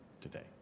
today